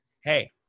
Hey